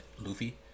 Luffy